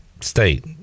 state